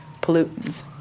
pollutants